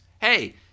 hey